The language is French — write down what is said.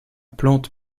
plante